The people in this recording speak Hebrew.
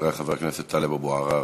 אחריה, חבר הכנסת טלב אבו עראר.